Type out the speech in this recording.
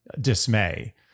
dismay